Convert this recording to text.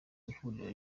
ihuriro